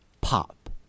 pop